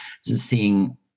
seeing